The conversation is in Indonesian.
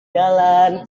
jalan